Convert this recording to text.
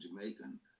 Jamaican